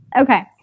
Okay